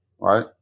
right